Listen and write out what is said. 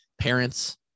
parents